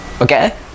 okay